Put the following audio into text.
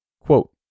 Quote